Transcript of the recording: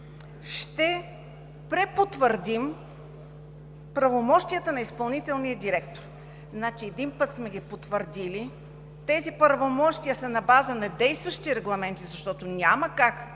ще препотвърдим правомощията на изпълнителния директор. Значи един път сме ги потвърдили – тези правомощия са на база действащи регламенти, защото няма как